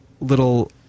little